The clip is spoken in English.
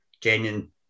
Genuine